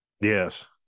yes